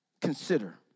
consider